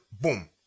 boom